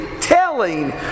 telling